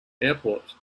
airport